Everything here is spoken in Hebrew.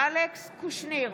אלכס קושניר,